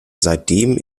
seitdem